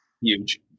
huge